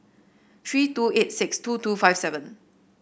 three two eight six two two five seven